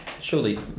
Surely